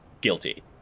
guilty